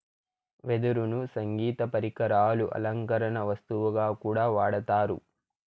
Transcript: వెదురును సంగీత పరికరాలు, అలంకరణ వస్తువుగా కూడా వాడతారు